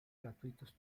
gratuitos